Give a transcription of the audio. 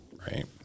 Right